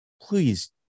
Please